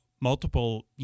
multiple